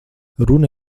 runa